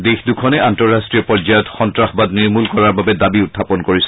দেশ দুখনে আন্তঃৰট্টীয় পৰ্যায়ত সন্ত্ৰাসবাদ নিৰ্মূল কৰাৰ বাবে দাবী উখাপন কৰিছে